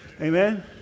Amen